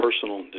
personal